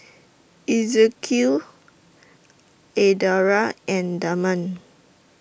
Ezekiel Adria and Damian